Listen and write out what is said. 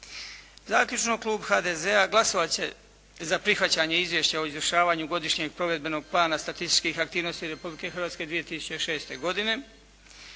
Zaključno, klub HDZ-a glasovat će za prihvaćanje Izvješća o izvršavanju godišnjeg provedbenog plana statističkih aktivnosti Republike Hrvatske 2006. godine